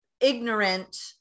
ignorant